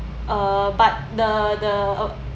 uh but the the